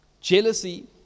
Jealousy